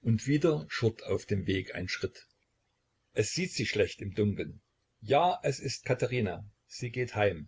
und wieder schurrt auf dem weg ein schritt es sieht sich schlecht im dunkeln ja es ist katherina sie geht heim